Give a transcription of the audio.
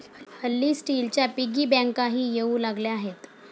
हल्ली स्टीलच्या पिगी बँकाही येऊ लागल्या आहेत